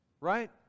right